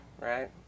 right